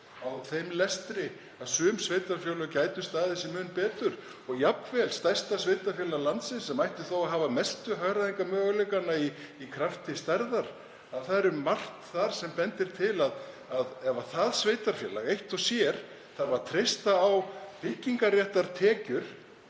af þeim lestri að sum sveitarfélög gætu staðið sig mun betur og jafnvel stærsta sveitarfélag landsins sem ætti þó að hafa mestu hagræðingarmöguleikana í krafti stærðar. Margt bendir til þess að ef það sveitarfélag eitt og sér þurfi að treysta á byggingarréttartekjur